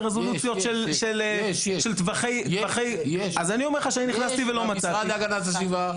ברזולוציות של טווחי --- יש במשרד להגנת הסביבה.